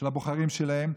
של הבוחרים שלהם,